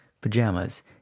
pajamas